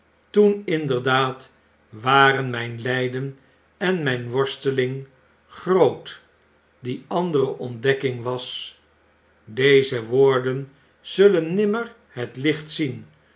toen inderdaad waren myn lyden en myn worsteling groot die andere ontdekking was deze woorden zullen nimmer het licht zien